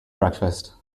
breakfast